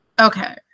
Okay